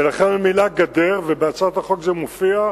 ולכן המלה "גדר" ובהצעת החוק זה מופיע,